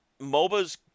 MOBAs